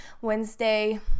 Wednesday